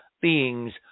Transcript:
beings